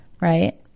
Right